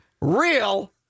real